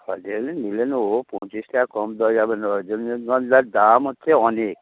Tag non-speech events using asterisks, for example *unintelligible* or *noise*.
*unintelligible* এলে নিলে নেব পঁচিশ টাকার কম দেওয়া যাবে না ওর জন্যে রজনীগন্ধার দাম হচ্ছে অনেক